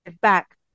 back